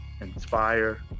inspire